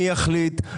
מי יחליט,